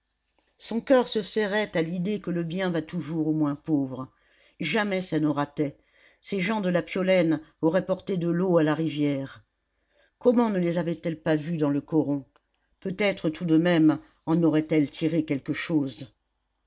son coeur se serrait à l'idée que le bien va toujours aux moins pauvres jamais ça ne ratait ces gens de la piolaine auraient porté de l'eau à la rivière comment ne les avait-elle pas vus dans le coron peut-être tout de même en aurait-elle tiré quelque chose